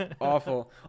awful